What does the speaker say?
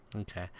Okay